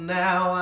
now